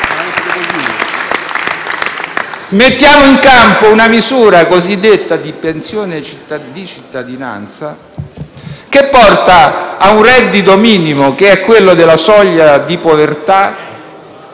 Mettiamo in campo una misura cosiddetta di pensione di cittadinanza che porta a un reddito minimo, quello della soglia di povertà,